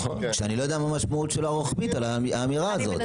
מה המשמעות הרוחבית של האמירה הזאת.